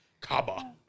Kaba